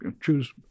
Choose